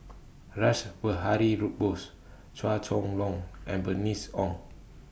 Rash Behari Bose Chua Chong Long and Bernice Ong